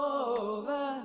over